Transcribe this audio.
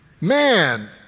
man